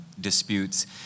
disputes